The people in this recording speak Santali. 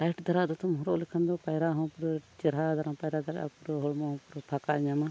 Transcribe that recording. ᱴᱟᱭᱤᱴ ᱫᱷᱟᱨᱟ ᱫᱚᱛᱚᱢ ᱦᱚᱨᱚᱜ ᱞᱮᱠᱷᱟᱱ ᱫᱚ ᱯᱟᱭᱨᱟᱜ ᱦᱚᱸ ᱯᱩᱨᱟᱹ ᱪᱮᱨᱦᱟ ᱫᱷᱟᱨᱟᱢ ᱯᱟᱭᱨᱟ ᱫᱟᱲᱮᱭᱟᱜᱼᱟ ᱯᱩᱨᱟᱹ ᱦᱚᱲᱢᱚ ᱯᱩᱨᱟᱹ ᱯᱷᱟᱸᱠᱟᱭ ᱧᱟᱢᱟ